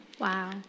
Wow